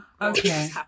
okay